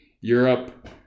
Europe